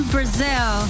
Brazil